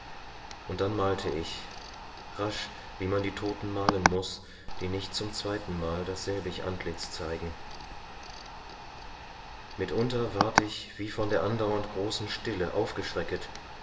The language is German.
und dann malte ich rasch wie man die todten malen muß die nicht zum zweitenmal dasselbig antlitz zeigen mitunter wurd ich wie von der andauernden großen stille aufgeschrecket